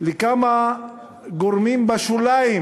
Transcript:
לכמה גורמים בשוליים,